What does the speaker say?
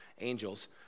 angels